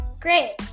Great